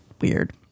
weird